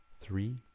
three